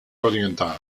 orientale